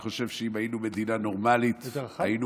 אני חושב שאם היינו מדינה נורמלית היינו